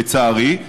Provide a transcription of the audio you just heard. לצערי,